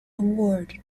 award